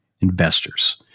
investors